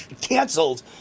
canceled